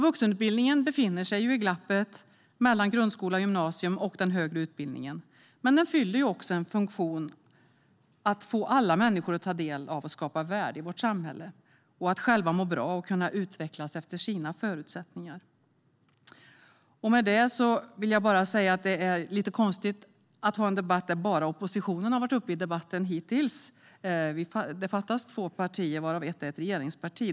Vuxenutbildningen befinner sig i glappet mellan grundskola och gymnasium och den högre utbildningen, men den fyller också en funktion att få alla människor att ta del av och skapa värde i vårt samhälle och att själva må bra och utvecklas efter sina egna förutsättningar. Det är lite konstigt att ha en debatt där bara oppositionen hittills har varit uppe i debatten. Det fattas två partier, varav ett är ett regeringsparti.